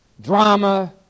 drama